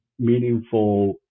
meaningful